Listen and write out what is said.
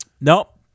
Nope